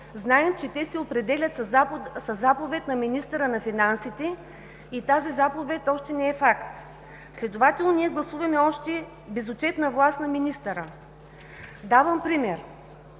знаем, че те се определят със заповед на министъра на финансите и тази заповед още не е факт. Следователно ние гласуваме още безотчетна власт на министъра. Давам пример.